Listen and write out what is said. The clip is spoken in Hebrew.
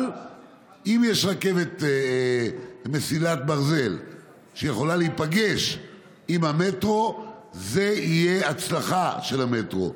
אבל אם יש מסילת ברזל שיכולה להיפגש עם המטרו זה יהיה הצלחה של המטרו,